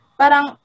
parang